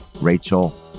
Rachel